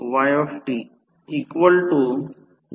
तर I m 200231 म्हणून 0